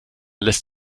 lässt